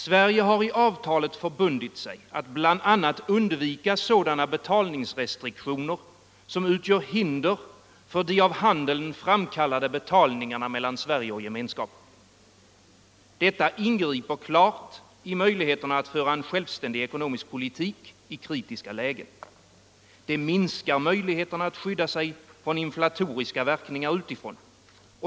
Sverige har i avtalet förbundit sig att bl.a. undvika sådana betalningsrestriktioner som utgör hinder för de av handeln framkallade betalningarna mellan Sverige och gemenskapen. Detta ingriper klart i möjligheterna att föra en självständig ekonomisk politik i kritiska lägen. Det minskar möjligheterna att skydda sig från inflatoriska verkningar utifrån.